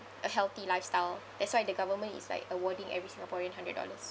a healthy lifestyle that's why the government is like awarding every singaporean hundred dollars